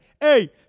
Hey